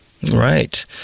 Right